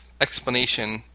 Explanation